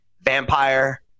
Vampire